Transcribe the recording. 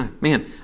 Man